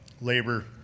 labor